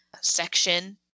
section